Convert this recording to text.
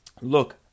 look